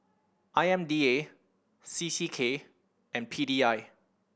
I M D A C C K and P D I